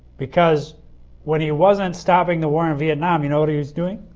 because when he wasn't stopping the war in vietnam you know what he was doing?